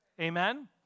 Amen